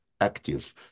active